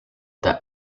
this